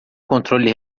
controle